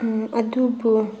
ꯑꯗꯨꯕꯨ